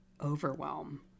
overwhelm